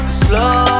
slow